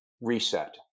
reset